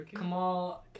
Kamal